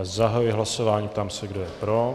Zahajuji hlasování a ptám se, kdo je pro.